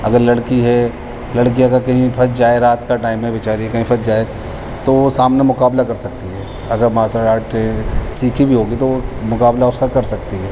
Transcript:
اگر لڑکی ہے لڑکی اگر کہیں پھنس جائے رات کا ٹائم ہے بیچاری کہیں پھنس جائے تو وہ سامنے مقابلہ کر سکتی ہے اگر مارشل آرٹ سیکھی بھی ہوگی تو مقابلہ اس کا کر سکتی ہے